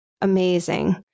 amazing